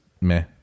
meh